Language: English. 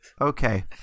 Okay